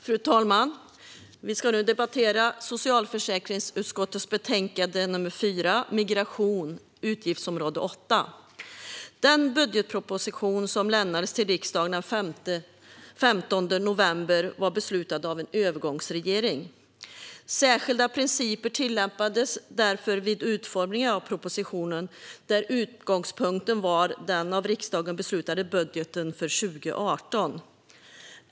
Fru talman! Vi ska nu debattera socialförsäkringsutskottets betänkande 4 inom utgiftsområde 8 Migration. Den budgetproposition som lämnades till riksdagen den 15 november 2018 var beslutad av en övergångsregering. Särskilda principer tillämpades därför vid utformningen av propositionen, där utgångspunkten var den av riksdagen beslutade budgeten för 2018.